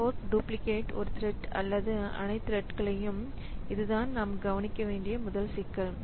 fork duplicate ஒரு thread அல்லது அனைத்து த்ரெட்களை இதுதான் நாம் கவனிக்க முதல் சிக்கல்